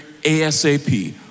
ASAP